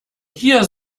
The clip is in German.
hier